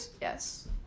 Yes